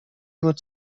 would